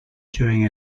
during